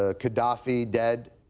ah qaddafi dead.